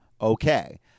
okay